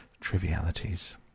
trivialities